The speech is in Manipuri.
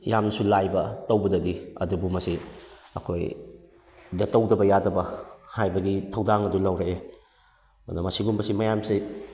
ꯌꯥꯝꯅꯁꯨ ꯂꯥꯏꯕ ꯇꯧꯕꯗꯗꯤ ꯑꯗꯨꯕꯨ ꯃꯁꯤ ꯑꯩꯈꯣꯏꯗ ꯇꯧꯗꯕ ꯌꯥꯗꯕ ꯍꯥꯏꯕꯒꯤ ꯊꯧꯗꯥꯡ ꯑꯗꯨ ꯂꯧꯔꯛꯑꯦ ꯃꯗꯣ ꯃꯁꯤꯒꯨꯝꯕꯁꯤ ꯃꯌꯥꯝꯁꯤ